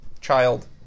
child